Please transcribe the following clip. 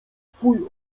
twój